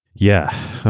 yeah.